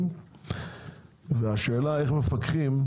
השאלה איך מפקחים,